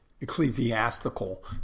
ecclesiastical